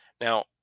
Now